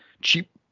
cheap